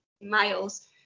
miles